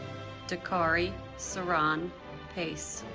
dakari sirron pace